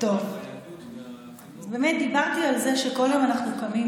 אז באמת דיברתי על זה שכל יום אנחנו קמים